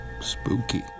Spooky